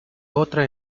otra